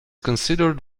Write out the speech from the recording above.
considered